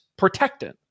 protectant